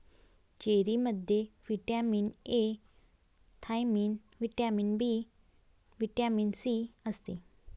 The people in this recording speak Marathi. चेरीमध्ये vitamin A, thiamine, vitamin B, vitamin C असते